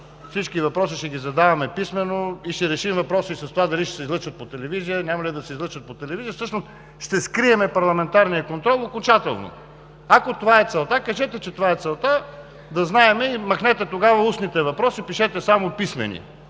всички въпроси ще ги задаваме писмено и ще решим въпроса и с това дали ще се излъчват по телевизия, няма ли да се излъчват по телевизия. Всъщност ще скрием парламентарния контрол окончателно. Ако това е целта, кажете да знаем и махнете тогава устните въпроси – пишете само писмени.